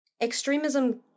Extremism